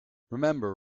remember